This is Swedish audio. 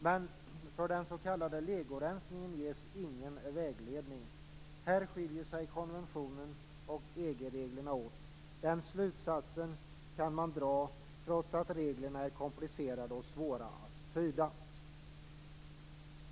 Men för den s.k. legorensningen ges det ingen vägledning. Här skiljer sig konventionen och EG-reglerna åt. Den slutsatsen kan man dra, trots att reglerna är komplicerade och svåra att tyda.